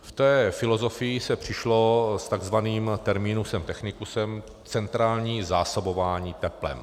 V té filozofii se přišlo s takzvaným terminusem technicusem centrální zásobování teplem.